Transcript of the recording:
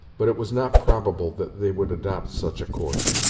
but it was not probable that they would adopt such a course.